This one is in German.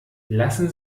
lassen